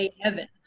heaven